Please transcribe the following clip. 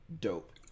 dope